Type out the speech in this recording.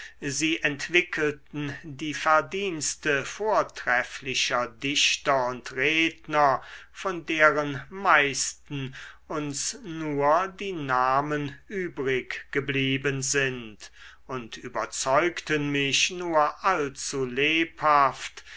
sie entwickelten die verdienste vortrefflicher dichter und redner von deren meisten uns nur die namen übrig geblieben sind und überzeugten mich nur allzu lebhaft